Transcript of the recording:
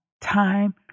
time